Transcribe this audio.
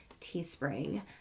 Teespring